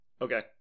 Okay